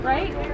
Right